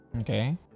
Okay